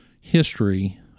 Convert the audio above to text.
history